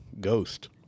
Ghost